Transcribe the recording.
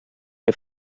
què